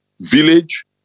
village